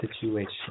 situation